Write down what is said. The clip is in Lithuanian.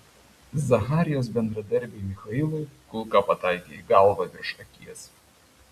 zacharijos bendradarbiui michailui kulka pataikė į galvą virš akies